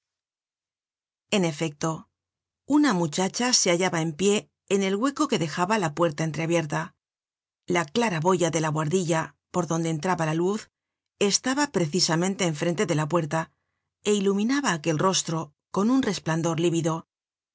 en efecto una muchacha se hallaba en pie en el hueco que dejaba la puerta entreabierta la claraboya de la buhardilla por donde entraba la luz estaba precisamente en frente de la puerta é iluminaba aquel rostro con un resplandor lívido